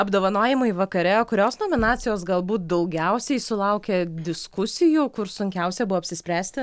apdovanojimai vakare kurios nominacijos galbūt daugiausiai sulaukia diskusijų kur sunkiausia buvo apsispręsti